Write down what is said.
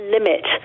limit